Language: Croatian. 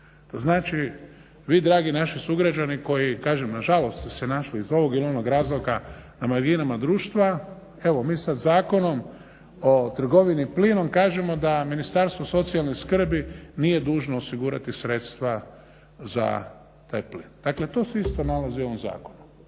To znači vi dragi naši sugrađani koji kažem nažalost ste se našli iz ovog ili onog razloga na marginama društva, evo mi sada Zakonom o trgovini plinom kažemo da Ministarstvo socijalne skrbi nije dužno osigurati sredstva za taj plin. Dakle to se isto nalazi u ovom zakonu.